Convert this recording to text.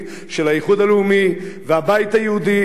של האיחוד הלאומי והבית היהודי,